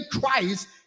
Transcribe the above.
christ